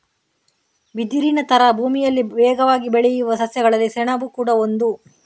ಬಿದಿರಿನ ತರ ಭೂಮಿಯಲ್ಲಿ ವೇಗವಾಗಿ ಬೆಳೆಯುವ ಸಸ್ಯಗಳಲ್ಲಿ ಸೆಣಬು ಕೂಡಾ ಒಂದು